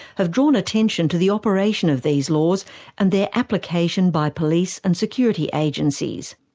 have drawn attention to the operation of these laws and their application by police and security agencies.